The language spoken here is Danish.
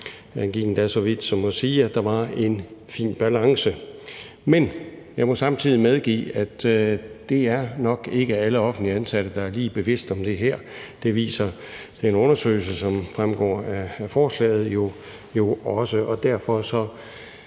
med. Man gik endda så vidt som til at sige, at der var en fin balance. Men jeg må samtidig medgive, at det nok ikke er alle offentligt ansatte, der er lige bevidste om det her. Det viser den undersøgelse, som fremgår af forslaget, jo også, og derfor skal